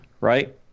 Right